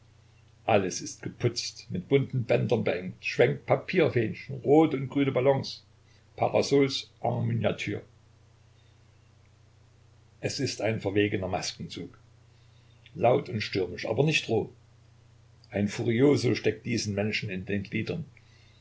alles ist geputzt mit bunten bändern behängt schwenkt papierfähnchen rote und grüne ballons parasols en miniature es ist ein verwegener maskenzug laut und stürmisch aber nicht roh ein furioso steckt diesen menschen in den gliedern